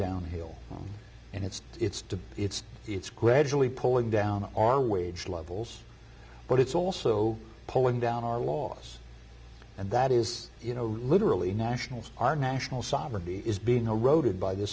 downhill and it's it's it's it's gradually pulling down our wage levels but it's also pulling down our laws and that is you know literally national our national sovereignty is being eroded by th